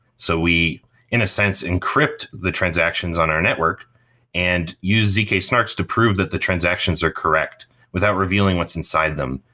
so we in a sense encrypt the transactions on our network and use zk-snarks to prove that the transactions are correct without revealing what's inside them,